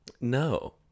no